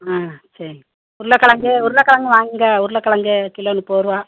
ஆ சரி உருளைக்கிழங்கு உருளைக்கிழங்கு வாங்குங்கள் உருளைக்கிழங்கு கிலோ முப்பதுரூவா